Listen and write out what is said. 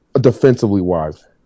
defensively-wise